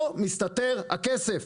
פה מסתתר הכסף,